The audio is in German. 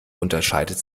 unterscheidet